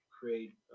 create